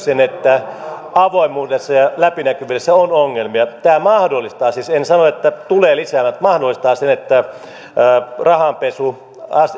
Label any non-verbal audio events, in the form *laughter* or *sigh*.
*unintelligible* sen että avoimuudessa ja läpinäkyvyydessä on ongelmia tämä mahdollistaa siis en sano että tulee lisäämään mutta mahdollistaa rahanpesun